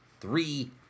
three